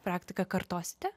praktika kartosite